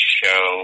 show